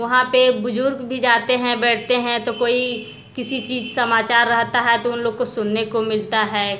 वहाँ पर बुज़ुर्ग भी जाते हैं बैठते हैं तो कोई किसी चीज़ समाचार रहता है तो उन लोग को सुनने को मिलता है